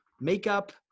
makeup